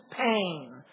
pain